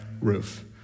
roof